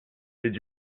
did